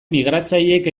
migratzaileek